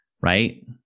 right